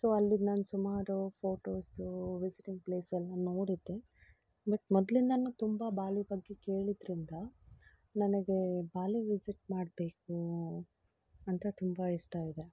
so ಅಲ್ಲಿ ನಾನು ಸುಮಾರು ಫೋಟೋಸು ವಿಸಿಟಿಂಗ್ ಪ್ಲೇಸೆಲ್ಲ ನೋಡಿದ್ದೆ ಬಟ್ ಮೊದಲಿಂದನು ತುಂಬ ಬಾಲಿ ಬಗ್ಗೆ ಕೇಳಿದ್ದರಿಂದ ನನಗೆ ಬಾಲಿ ವಿಸಿಟ್ ಮಾಡಬೇಕು ಅಂತ ತುಂಬ ಇಷ್ಟ ಇದೆ